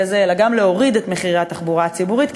הזה אלא גם להוריד את מחירי התחבורה הציבורית,